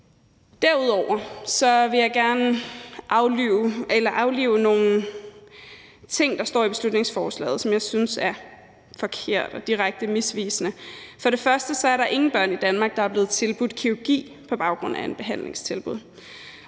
Derudover vil jeg gerne aflive nogle ting, der står i beslutningsforslaget, som jeg synes er forkerte og direkte misvisende. For det første er der ingen børn i Danmark, der er blevet tilbudt kirurgi på baggrund af et behandlingstilbud.